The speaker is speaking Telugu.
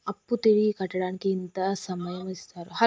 అప్పు తిరిగి కట్టడానికి ఎంత సమయం ఇత్తరు?